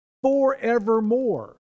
forevermore